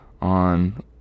on